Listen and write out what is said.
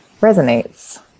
resonates